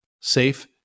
safe